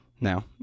now